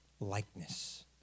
Likeness